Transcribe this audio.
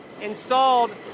installed